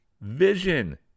vision